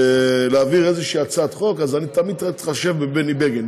להעביר איזושהי הצעת חוק אז אני תמיד צריך להתחשב בבני בגין,